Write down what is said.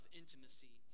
intimacy